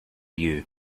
you